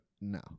no